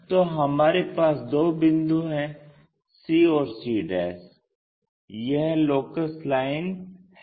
तो हमारे पास दो बिंदु हैं c और c यह लोकस लाइन है